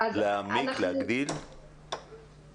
להעמיק ולהגדיל את המלגות?